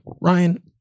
Ryan